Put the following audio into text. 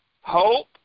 hope